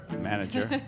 Manager